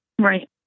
Right